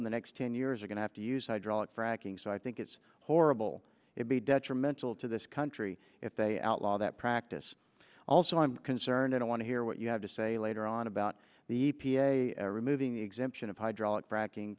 in the next ten years are going to have to use hydraulic fracking so i think it's horrible it be detrimental to this country if they outlaw that practice also i'm concerned and i want to hear what you have to say later on about the e p a removing the exemption of hydraulic fracking